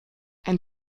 ein